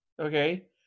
okay